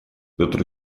петр